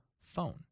phone